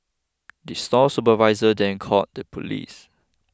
the store supervisor then called the police